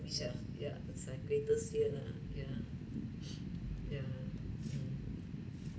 wish ah yeah but a greatest fear lah yeah yeah